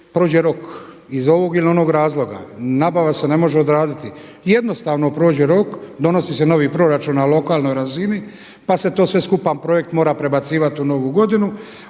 prođe rok ili ovog ili onog razloga. Nabava se ne može odraditi i jednostavno prođe rok, donosi se novi proračun na lokalnoj razini pa se to sve skupa projekt mora prebacivati u novu godinu